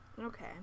Okay